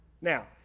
Now